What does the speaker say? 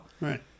Right